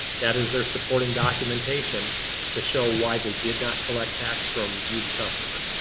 that is their supporting documentation to show why they did not collect tax from you the customer.